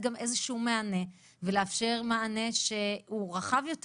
גם איזשהו מענה ולאפשר מענה שהוא רחב יותר.